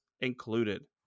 included